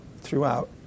throughout